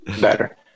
better